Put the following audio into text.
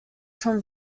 from